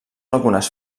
algunes